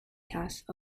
cast